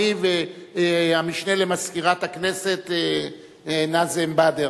אני והמשנה למזכירת הכנסת נאזם באדר.